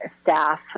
staff